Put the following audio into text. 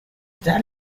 that